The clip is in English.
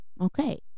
okay